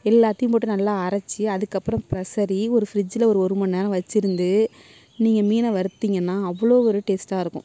எல்லாத்தையும் போட்டு நல்லா அரைச்சி அதுக்கப்புறம் பெசரி ஒரு ஃப்ரிட்ஜ்ஜில் ஒரு ஒரு மணி நேரம் வச்சுருந்து நீங்கள் மீனை வறுத்தீங்கனால் அவ்வளோ ஒரு டேஸ்ட்டாயிருக்கும்